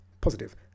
positive